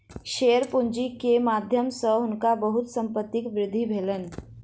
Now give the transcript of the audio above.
share पूंजी के माध्यम सॅ हुनका बहुत संपत्तिक वृद्धि भेलैन